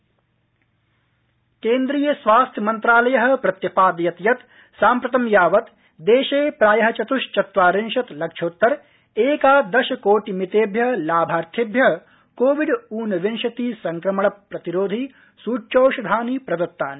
corona स्थिति केन्द्रीय स्वास्थ्यमन्त्रालय प्रत्यपादयत् यत् साम्प्रतं यावत् देशे प्राय चतुश्चत्वारिंशत् लक्षोत्तर एकादशकोटि मितेभ्य लाभार्थिभ्य कोविड् ऊनविंशति संक्रमण प्रतिरोधि सुच्यौषधानि प्रदत्तानि